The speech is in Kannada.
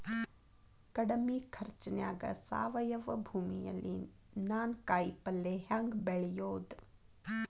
ಕಡಮಿ ಖರ್ಚನ್ಯಾಗ್ ಸಾವಯವ ಭೂಮಿಯಲ್ಲಿ ನಾನ್ ಕಾಯಿಪಲ್ಲೆ ಹೆಂಗ್ ಬೆಳಿಯೋದ್?